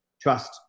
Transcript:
trust